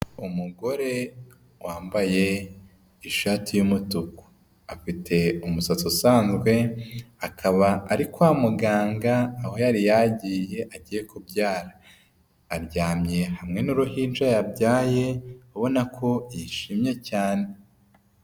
Umugore wambaye ishati y' yumutuku, afite umusatsi usanzwe, akaba ari kwa muganga aho yari yagiye agiye kubyara. Aryamye hamwe n'uruhinja yabyaye, ubona ko yishimye cyane.